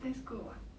that's good [what]